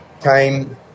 came